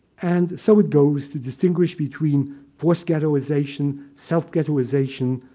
and so it goes to distinguish between forced ghettoization, self-ghettoization,